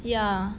ya